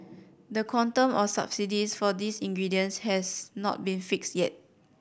the quantum of subsidies for these ingredients has not been fixed yet